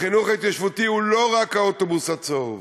החינוך ההתיישבותי הוא לא רק האוטובוס הצהוב,